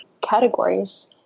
categories